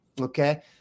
Okay